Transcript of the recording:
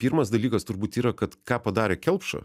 pirmas dalykas turbūt yra kad ką padarė kelpša